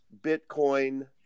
Bitcoin